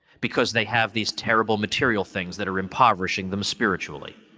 because they have these terrible material things that are impoverishing them spiritually.